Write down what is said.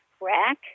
rack